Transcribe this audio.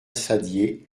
saddier